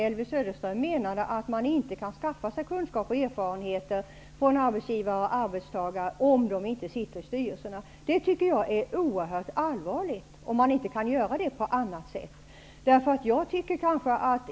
Elvy Söderström menar att man inte kan skaffa sig dessa kunskaper och erfarenheter från arbetsgivare och arbetstagare om man inte sitter i styrelserna. Om man inte kan skaffa sig denna kunskap på annat sätt, tycker jag det är oerhört allvarligt.